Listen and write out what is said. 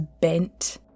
bent